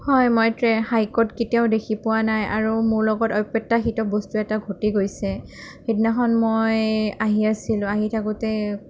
হয় মই কেতিয়াও দেখি পোৱা নাই আৰু মোৰ লগত অপ্ৰত্যাশিত বস্তু এটা ঘটি গৈছে সেইদিনাখন মই আহি আছিলোঁ আহি থাকোঁতে